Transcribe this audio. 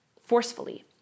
forcefully